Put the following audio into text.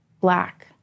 black